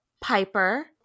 Piper